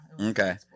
Okay